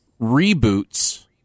reboots